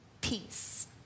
peace